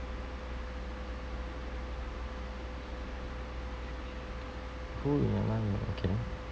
who in my life okay